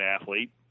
athlete